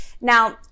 Now